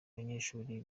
banyeshuri